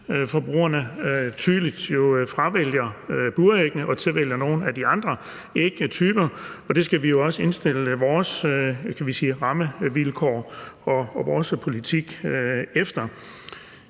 Forbrugerne fravælger tydeligt buræggene og tilvælger nogle af de andre ægtyper, og det skal vi jo også indstille vores, man kan sige rammevilkår og vores politik efter.